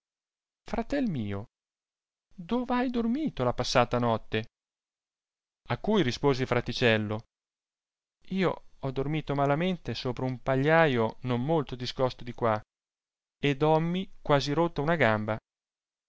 fratel mio dov'hai dormito la passata notte a cui rispose il fr iticello io ho dormilo malamente sopra un pagliaio non molto discosto di qua ed hommi quasi rotta una gamba